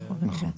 נכון.